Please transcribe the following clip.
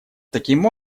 таким